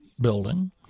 building